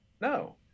No